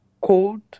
cold